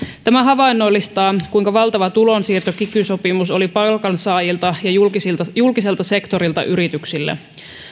tämä havainnollistaa sitä kuinka valtava tulonsiirto kiky sopimus oli palkansaajilta ja julkiselta sektorilta yrityksille